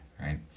right